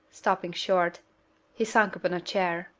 stopping short he sunk upon a chair.